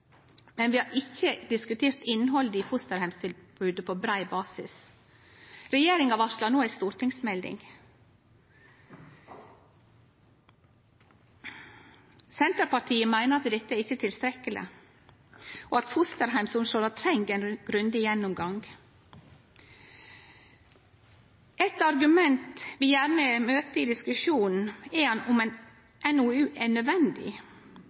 men vi har ikkje diskutert innhaldet i fosterheimstilbodet på brei basis. Regjeringa varslar no ei stortingsmelding. Senterpartiet meiner at dette ikkje er tilstrekkeleg, og at fosterheimsomsorga treng ein grundig gjennomgang. Eit argument vi gjerne møter i diskusjonen, er om ei NOU er nødvendig